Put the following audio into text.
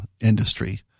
industry